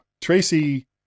tracy